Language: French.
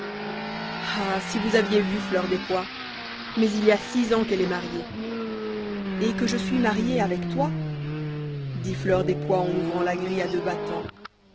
ah si vous aviez vu fleur des pois mais il y a six ans qu'elle est mariée et que je suis mariée avec toi dit fleur des pois en ouvrant la grille a deux battants